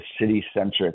city-centric